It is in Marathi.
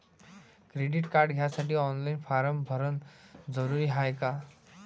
क्रेडिट कार्ड घ्यासाठी ऑनलाईन फारम भरन जरुरीच हाय का?